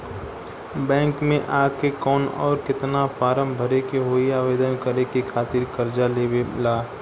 Bank मे आ के कौन और केतना फारम भरे के होयी आवेदन करे के खातिर कर्जा लेवे ला?